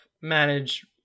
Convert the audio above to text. manage